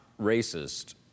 racist